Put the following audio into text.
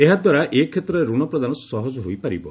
ଏହାଦ୍ୱାରା ଏକ୍ଷେତ୍ରରେ ଋଣ ପ୍ରଦାନ ସହଜ ହୋଇପାରିବ